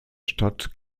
stadt